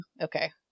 Okay